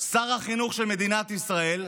שר החינוך של מדינת ישראל,